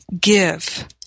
give